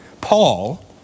Paul